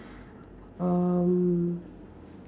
um